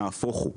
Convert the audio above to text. נהפוך הוא,